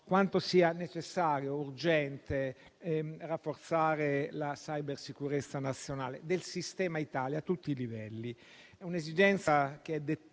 quanto sia necessario e urgente rafforzare la cybersicurezza nazionale del sistema Italia a tutti i livelli.